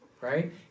right